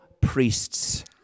priests